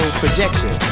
projection